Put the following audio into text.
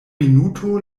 minuto